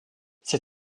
ces